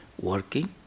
working